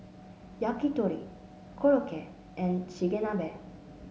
Yakitori Korokke and Chigenabe